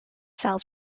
cells